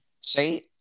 Say